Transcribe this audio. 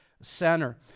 center